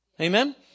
Amen